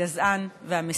הגזען והמסית.